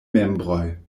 membroj